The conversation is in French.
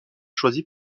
choisi